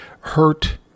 hurt